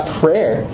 prayer